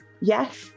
Yes